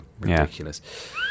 Ridiculous